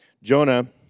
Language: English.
Jonah